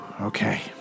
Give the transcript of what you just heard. Okay